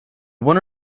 one